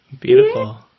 Beautiful